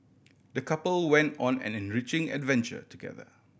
the couple went on an enriching adventure together